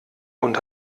und